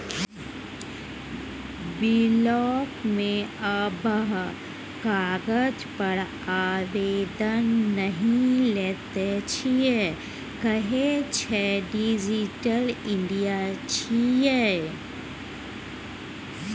block मे आब कागज पर आवेदन नहि लैत छै कहय छै डिजिटल इंडिया छियै ई